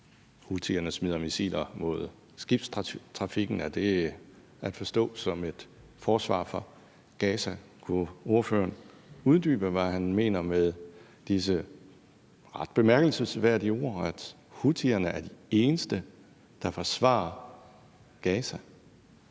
Houthierne smider missiler mod skibstrafikken. Er det at forstå som et forsvar for Gaza? Kunne ordføreren uddybe, hvad han mener med disse ret bemærkelsesværdige ord, altså at houthierne er de eneste, der forsvarer Gaza?